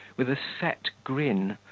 with a set grin,